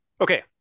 Okay